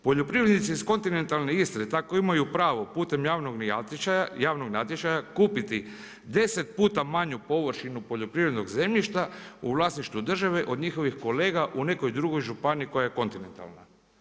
Poljoprivrednici iz kontinentalne Istre tako imaju pravo putem javnog natječaja kupiti 10 puta manju površinu poljoprivrednog zemljišta u vlasništvu države od njihovih kolega u nekoj drugoj županiji koja je kontinentalna.